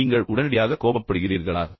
நீங்கள் உடனடியாக கோபப்படுகிறீர்களா